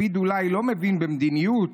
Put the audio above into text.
לפיד אולי לא מבין במדיניות,